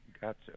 Gotcha